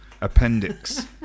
Appendix